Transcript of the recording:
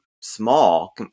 small